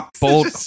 Bold